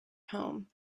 home